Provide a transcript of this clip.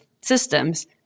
systems